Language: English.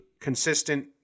consistent